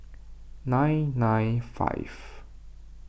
nine nine five